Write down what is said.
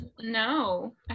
No